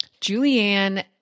Julianne